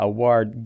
Award